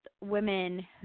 women